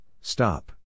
stop